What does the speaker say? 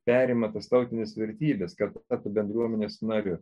perima tas tautines vertybes kad taptų bendruomenės nariu